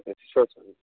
okay sure sir